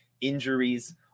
Injuries